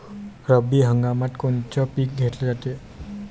रब्बी हंगामात कोनचं पिक घेतलं जाते?